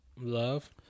Love